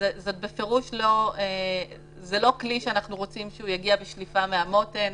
זה בפירוש לא כלי שאנחנו רוצים שיגיע בשליפה מהמותן.